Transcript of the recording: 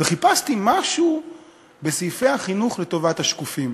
וחיפשתי משהו בסעיפי החינוך לטובת "השקופים".